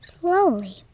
slowly